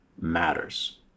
matters